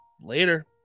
later